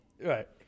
right